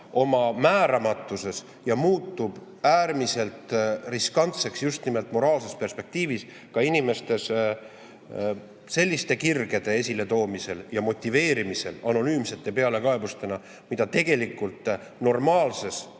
oma määramatuses ja muutub äärmiselt riskantseks just nimelt moraalses perspektiivis, ka inimestes selliste kirgede esiletoomisel ja motiveerimisel anonüümsete pealekaebustena, mida tegelikult normaalses